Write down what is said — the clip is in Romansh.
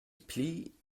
pli